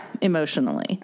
Emotionally